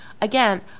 Again